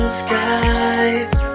skies